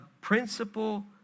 principle